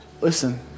listen